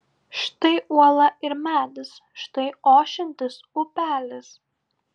štai uola ir medis štai ošiantis upelis